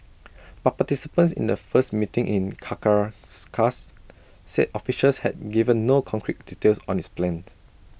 but participants in A first meeting in said officials had given no concrete details on its plans